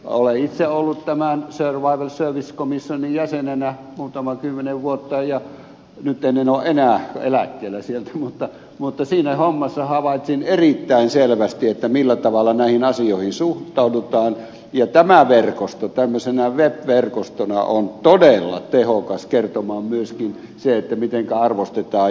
olen itse ollut tämän survival service commissionin jäsenenä muutaman kymmenen vuotta nyt en ole enää kuin eläkkeellä sieltä mutta siinä hommassa havaitsin erittäin selvästi millä tavalla näihin asioihin suhtaudutaan ja tämä verkosto tämmöisenä web verkostona on todella tehokas kertomaan myöskin siitä mitenkä arvostetaan